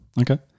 okay